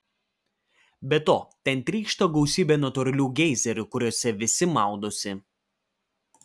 be to ten trykšta gausybė natūralių geizerių kuriuose visi maudosi